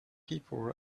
people